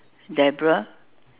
Deborah